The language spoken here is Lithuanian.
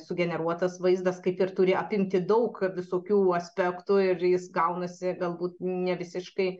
sugeneruotas vaizdas kaip ir turi apimti daug visokių aspektų ir jis gaunasi galbūt ne visiškai